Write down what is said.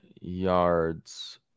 yards